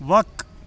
وَق